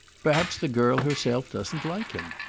perhaps the girl herself doesn't like him.